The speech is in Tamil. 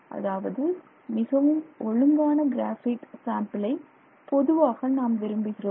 அதாவது மிகவும் ஒழுங்கான கிராபைட் சாம்பிளை பொதுவாக நாம் விரும்புகிறோம்